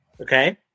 Okay